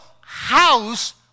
house